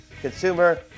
consumer